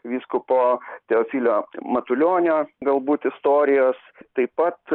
vyskupo teofilio matulionio galbūt istorijos taip pat